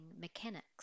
mechanics